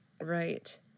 Right